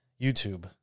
YouTube